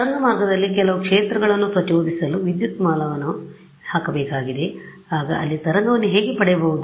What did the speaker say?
ತರಂಗ ಮಾರ್ಗದಲ್ಲಿ ಕೆಲವು ಕ್ಷೇತ್ರವನ್ನು ಪ್ರಚೋದಿಸಲು ವಿದ್ಯುತ್ ಮೂಲವನ್ನು ಹಾಕಬೇಕಾಗಿದೆ ಆಗ ಅಲ್ಲಿ ತರಂಗವನ್ನು ಹೇಗೆ ಪಡೆಯಬಹುದು